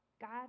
God